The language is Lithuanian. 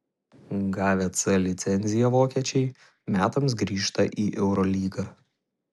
gavę c licenciją vokiečiai metams grįžta į eurolygą